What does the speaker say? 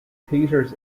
peters